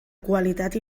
qualitat